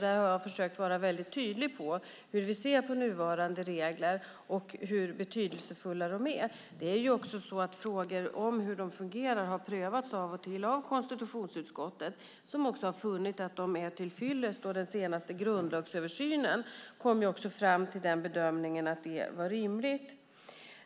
I svaret har jag försökt vara väldigt tydlig med hur vi ser på nuvarande regler och hur betydelsefulla de är. Det är också så att frågor om hur reglerna fungerar har prövats av och till av konstitutionsutskottet, som funnit att de är till fyllest. Den senaste grundlagsöversynen kom också fram till bedömningen att reglerna är rimliga.